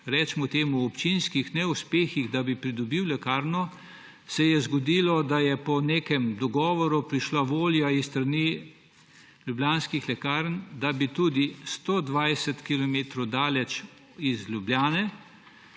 recimo temu, občinskih neuspehih, da bi pridobil lekarno, se je zgodilo, da je po nekem dogovoru prišla volja s strani Ljubljanskih lekarn, da bi 120 kilometrov daleč iz Ljubljane